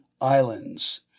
Islands